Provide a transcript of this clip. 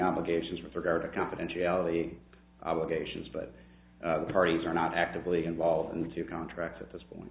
obligations with regard to confidentiality obligations but the parties are not actively involved into contracts at this point